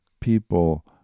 people